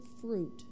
fruit